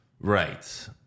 Right